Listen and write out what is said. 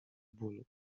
bólu